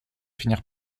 finir